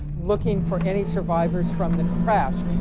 looking for any survivors from the crash.